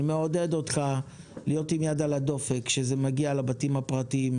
אני מעודד אותך להיות עם יד על הדופק כשזה מגיע לבתים הפרטיים,